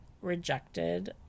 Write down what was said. rejected